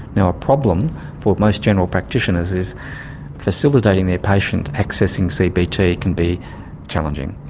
and a problem for most general practitioners is facilitating their patient accessing cbt can be challenging.